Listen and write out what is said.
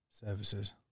Services